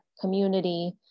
community